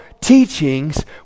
teachings